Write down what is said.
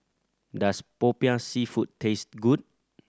does Popiah Seafood taste good